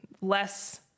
less